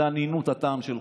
זה אנינות הטעם שלך.